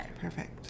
Perfect